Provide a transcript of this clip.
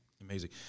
amazing